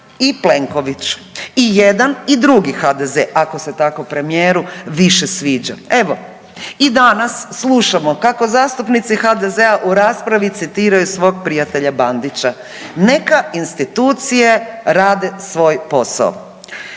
i Plenković i jedan i drugi HDZ ako se tako premijeru više sviđa. Evo i danas slušamo kako zastupnici HDZ-a u raspravi citiraju svog prijatelja Bandića, neka institucije rade svoj posao.